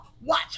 Watch